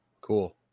Cool